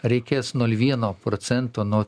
reikės nol vieno procento nuo